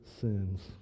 sins